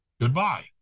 Goodbye